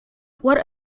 what